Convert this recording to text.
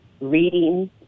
reading